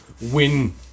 win